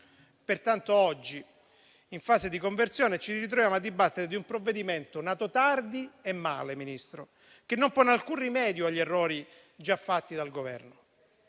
attribuiti. Oggi, in fase di conversione, ci ritroviamo pertanto a dibattere di un provvedimento nato tardi e male, Ministro, che non pone alcun rimedio agli errori già fatti dal Governo,